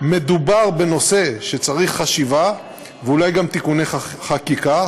מדובר בנושא שצריך חשיבה ואולי גם תיקוני חקיקה.